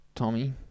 Tommy